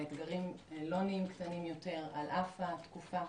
האתגרים לא נהיים קטנים יותר על אף התקופה.